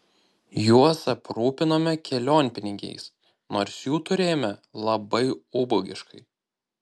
juos aprūpinome kelionpinigiais nors jų turėjome labai ubagiškai